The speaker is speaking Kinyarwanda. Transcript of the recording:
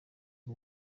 y’u